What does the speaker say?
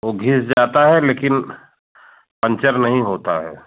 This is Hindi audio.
वह घिस जाता है लेकिन पंचर नहीं होता है